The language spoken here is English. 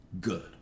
good